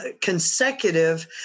consecutive